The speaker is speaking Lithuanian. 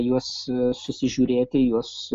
juos susižiūrėti juos